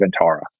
Ventara